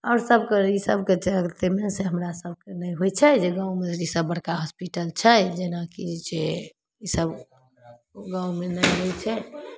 आओर सबके ई सबके चलते हमरा सबके नहि होइ छै जे गाँवमे ई सब बड़का हॉस्पिटल छै जेनाकि जे छै ई सब गाँवमे नहि होइ छै